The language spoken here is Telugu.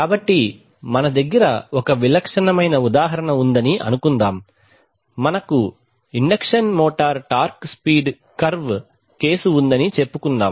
కాబట్టి మన దగ్గర ఒక విలక్షణమైన ఉదాహరణ ఉందని అనుకుందాం మనకు induction motor torque speed curve case ఉందని చెపుకున్నాం